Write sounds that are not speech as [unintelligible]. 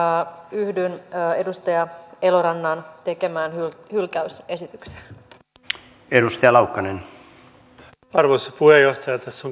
yhdyn edustaja elorannan tekemään hylkäysesitykseen arvoisa puheenjohtaja tässä [unintelligible]